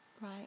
Right